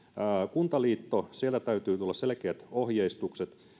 kuntaliitosta täytyy tulla selkeät ohjeistukset